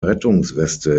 rettungsweste